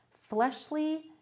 Fleshly